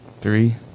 Three